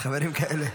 חברים כאלה.